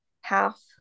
half